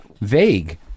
vague